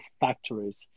factories